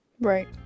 Right